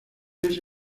ese